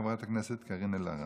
חברת הכנסת קארין אלהרר.